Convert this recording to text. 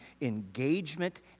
engagement